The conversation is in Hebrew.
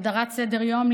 הגדרת סדר-יום,